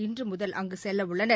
இன்று முதல் அங்கு செல்லவுள்ளனர்